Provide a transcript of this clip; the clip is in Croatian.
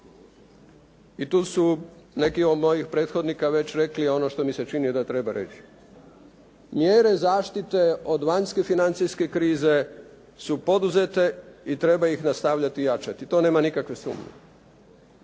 i tu su neki od mojih prethodnika već rekli ono što mi se čini da treba reći, mjere zaštite od vanjske financijske krize su poduzete i treba ih nastavljati jačati, to nema nikakve sumnje.